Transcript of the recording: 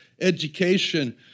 education